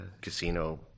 casino